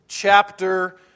Chapter